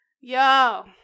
Yo